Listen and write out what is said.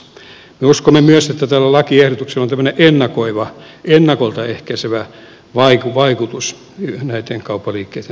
me uskomme myös että tällä lakiehdotuksella on tämmöinen ennakoiva ennakolta ehkäisevä vaikutus näitten kauppaliikkeitten toimintaan